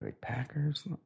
Packers